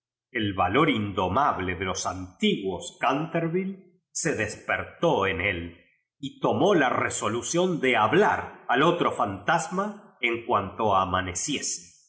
el valor indomable de los antiguos canten lie se despertó en él y tomó la resolución de hablar al otro fantas ma eu cuanto amaneciese